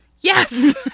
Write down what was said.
Yes